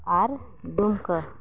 ᱟᱨ ᱫᱩᱢᱠᱟᱹ